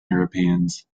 europeans